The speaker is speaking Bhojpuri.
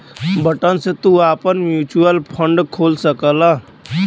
बटन से तू आपन म्युचुअल फ़ंड खोल सकला